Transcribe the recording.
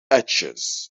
edges